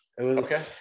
Okay